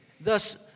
Thus